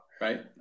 Right